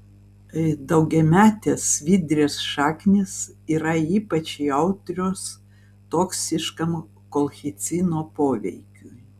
daugiametės svidrės šaknys yra ypač jautrios toksiškam kolchicino poveikiui